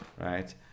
Right